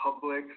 public